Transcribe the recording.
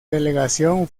delegación